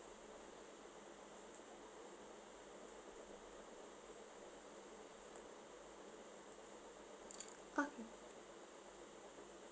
okay